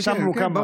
שם ממוקם המקום הזה.